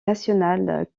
nationale